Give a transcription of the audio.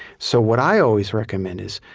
so what i always recommend is,